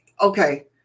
okay